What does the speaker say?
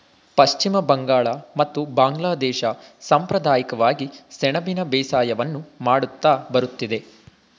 ಪಶ್ಚಿಮ ಬಂಗಾಳ ಮತ್ತು ಬಾಂಗ್ಲಾದೇಶ ಸಂಪ್ರದಾಯಿಕವಾಗಿ ಸೆಣಬಿನ ಬೇಸಾಯವನ್ನು ಮಾಡುತ್ತಾ ಬರುತ್ತಿದೆ